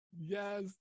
Yes